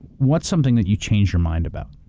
what's something that you change your mind about?